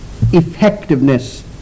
effectiveness